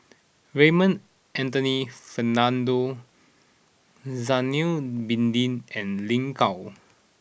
Raymond Anthony Fernando Zainal Abidin and Lin Gao